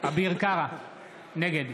נגד